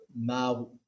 now